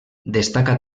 destaca